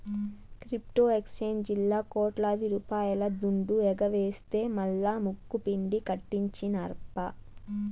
crypto ఎక్సేంజీల్లా కోట్లాది రూపాయల దుడ్డు ఎగవేస్తె మల్లా ముక్కుపిండి కట్టించినార్ప